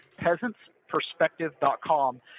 peasantsperspective.com